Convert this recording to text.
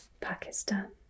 Pakistan